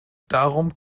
darum